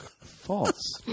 False